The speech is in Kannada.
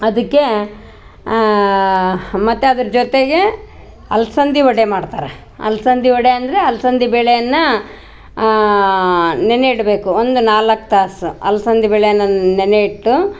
ಅದಕ್ಕೆ ಮತ್ತು ಅದ್ರ ಜೊತೆಗೆ ಅಲ್ಸಂದಿ ವಡೆ ಮಾಡ್ತಾರೆ ಅಲ್ಸಂದಿ ವಡೆ ಅಂದರೆ ಅಲ್ಸಂದಿ ಬೆಳೆಯನ್ನ ನೆನೆ ಇಡಬೇಕು ಒಂದು ನಾಲ್ಕು ತಾಸು ಅಲ್ಸಂದಿ ಬೆಳೆಯನ್ನ ನೆನೆ ಇಟ್ಟು